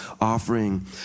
offering